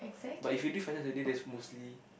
but if you did five times a day that's mostly